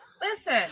Listen